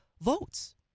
votes